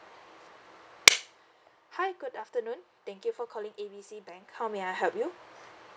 hi good afternoon thank you for calling A B C bank how may I help you